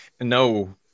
No